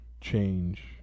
change